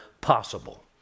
possible